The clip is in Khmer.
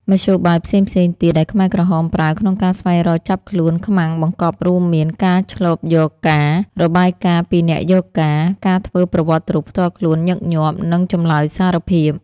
មធ្យោបាយផ្សេងៗ ទៀតដែលខ្មែរក្រហមប្រើក្នុងការស្វែងរកចាប់ខ្លួនខ្មាំងបង្កប់រួមមាន ការឈ្លបយកការណ៍ របាយការណ៍ពីអ្នកយកការណ៍ ការធ្វើប្រវត្តិរូបផ្ទាល់ខ្លួនញឹកញាប់ និងចម្លើយសារភាព ។